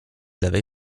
lewej